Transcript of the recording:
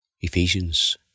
Ephesians